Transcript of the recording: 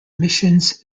missions